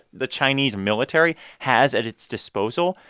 the chinese military has at its disposal,